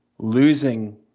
losing